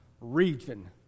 region